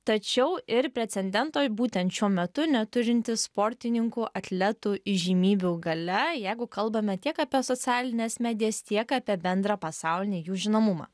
tačiau ir precendento būtent šiuo metu neturinti sportininkų atletų įžymybių galia jeigu kalbame tiek apie socialines medijas tiek apie bendrą pasaulinį jų žinomumą